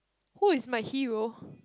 who is my hero